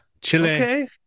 Chile